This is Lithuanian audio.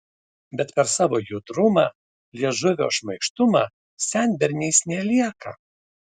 bet per savo judrumą liežuvio šmaikštumą senberniais nelieka